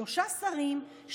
שלושה שרים,